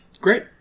Great